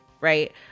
right